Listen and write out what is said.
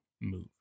move